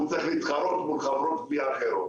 הוא צריך להתחרות מול חברות גבייה אחרות.